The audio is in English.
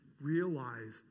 realize